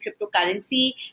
cryptocurrency